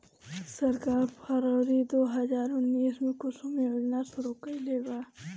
सरकार फ़रवरी दो हज़ार उन्नीस में कुसुम योजना शुरू कईलेबा